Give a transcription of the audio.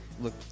Look